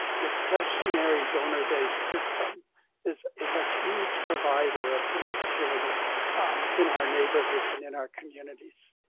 discretionary donor-based system is is a huge provider of food security um in our neighborhoods and in our communities.